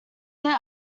there